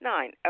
Nine